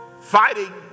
fighting